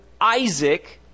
Isaac